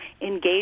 engage